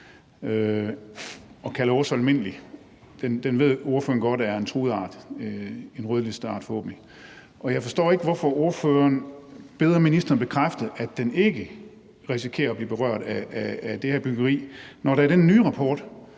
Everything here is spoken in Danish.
og kalder åh, så almindelig, ved ordføreren forhåbentlig godt er en truet art, en rødlisteart. Jeg forstår ikke, hvorfor ordføreren beder ministeren bekræfte, at den ikke risikerer at blive berørt af det her byggeri, når der i den nye rapport,